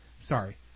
Sorry